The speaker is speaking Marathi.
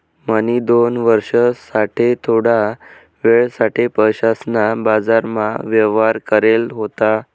म्हणी दोन वर्ष साठे थोडा वेळ साठे पैसासना बाजारमा व्यवहार करेल होता